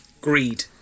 Greed